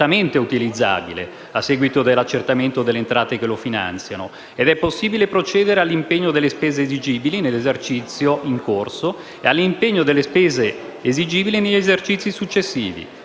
immediatamente utilizzabile, a seguito dell'accertamento delle entrate che lo finanziano. È possibile procedere all'impegno delle spese esigibili nell'esercizio in corso e all'impegno delle spese esigibili negli esercizi successivi.